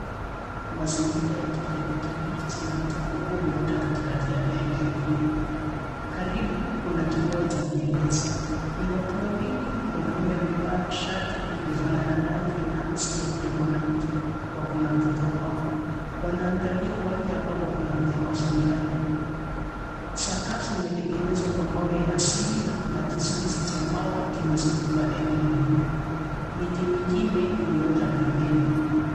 Mazingira ya kijani kibichi na mti mkubwa imeota katikati ya eneo hili. Karibu, kuna kibao cha maelezo. Kuna watu wawili mwanaume amevaa shati inafanana rangi na sketi ya mwanamke wako na mtoto wao. Wanaangalia uwanja ambapo kuna mnyama fulani. Sakafu imetengenezwa kwa mawe ya asili na kuna kizuizi cha mbao kimezunguka eneo hili. Miti mingine imeota pembeni.